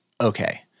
okay